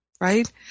right